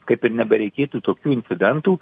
kaip ir nebereikėtų tokių incidentų